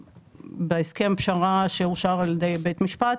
ובהסכם הפשרה שאושר על ידי בית משפט